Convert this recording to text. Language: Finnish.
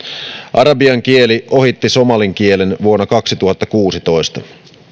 arabian kieli ohitti somalin kielen vuonna kaksituhattakuusitoista myös